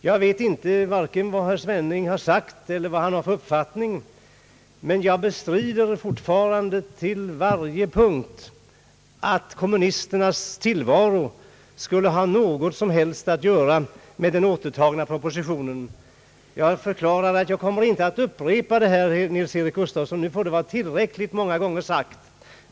Jag vet inte vad herr Svenning har sagt eller vilken uppfattning han har, men jag bestrider fortfarande i varje punkt att kommunisterna skulle ha något som helst att göra med den återtagna propositionen. Jag vill påpeka att jag inte kommer att upprepa "detta påstående, herr Nils Eric Gustafsson, det har sagts tillräckligt många gånger nu.